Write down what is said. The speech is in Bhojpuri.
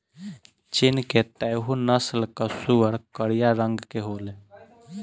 चीन के तैहु नस्ल कअ सूअर करिया रंग के होले